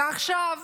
ועכשיו